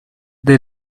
they